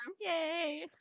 yay